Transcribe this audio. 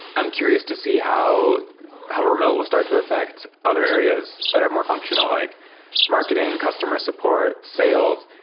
i'm curious to see how how remote will start to affect other areas that are more functional, like marketing, customer support, sales.